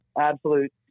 Absolute